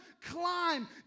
climb